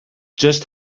just